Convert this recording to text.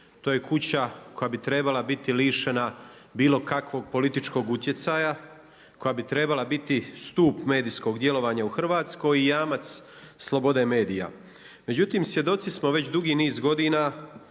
To je kuća koja bi trebala biti lišena bilo kakvog političkog utjecaja, koja bi trebala biti stup medijskog djelovanja u Hrvatskoj i jamac slobode medija. Međutim, svjedoci smo već dugi niz godina